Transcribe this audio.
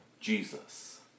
Jesus